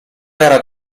era